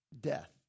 death